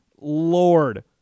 Lord